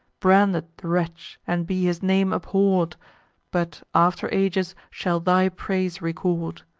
branded the wretch, and be his name abhorr'd but after ages shall thy praise record.